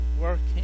working